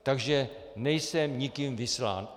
Takže nejsem nikým vyslán.